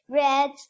red